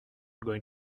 going